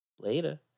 Later